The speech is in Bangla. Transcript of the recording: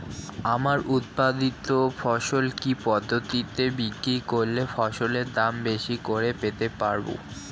আমার উৎপাদিত ফসল কি পদ্ধতিতে বিক্রি করলে ফসলের দাম বেশি করে পেতে পারবো?